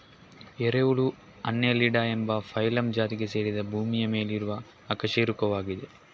ಎರೆಹುಳು ಅನ್ನೆಲಿಡಾ ಎಂಬ ಫೈಲಮ್ ಜಾತಿಗೆ ಸೇರಿದ ಭೂಮಿಯ ಮೇಲಿರುವ ಅಕಶೇರುಕವಾಗಿದೆ